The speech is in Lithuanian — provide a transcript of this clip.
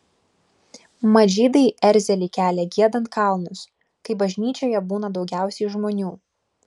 mat žydai erzelį kelia giedant kalnus kai bažnyčioje būna daugiausiai žmonių